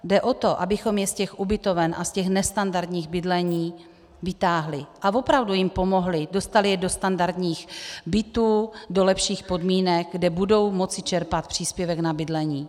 Jde o to, abychom je z těch ubytoven a z těch nestandardních bydlení vytáhli a opravdu jim pomohli, dostali je do standardních bytů, do lepších podmínek, kde budou moci čerpat příspěvek na bydlení.